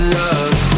love